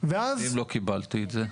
ואם לא קיבלתי את זה?